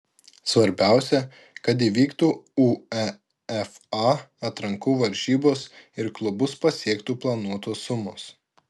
svarbiausia kad įvyktų uefa atrankų varžybos ir klubus pasiektų planuotos sumos